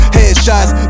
Headshots